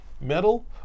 metal